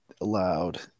allowed